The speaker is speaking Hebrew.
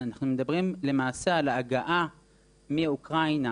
אנחנו מדברים למעשה על ההגעה מאוקראינה